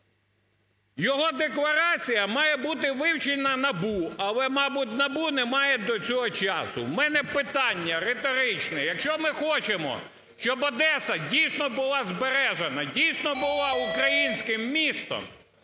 Його декларація має бути вивчена НАБУ. Але, мабуть, НАБУ не має для цього часу. В мене питання риторичне: якщо ми хочемо, щоб Одеса дійсно була збережена, дійсно була українським містом,